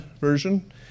Version